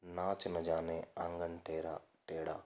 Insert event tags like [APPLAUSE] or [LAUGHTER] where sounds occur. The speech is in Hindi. नाच न जाने आँगन [UNINTELLIGIBLE] टेढ़ा